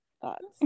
thoughts